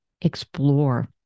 explore